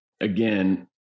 again